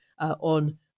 on